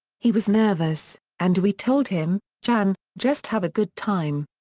he was nervous, and we told him, jan, just have a good time.